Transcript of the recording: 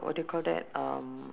what do you call that um